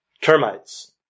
termites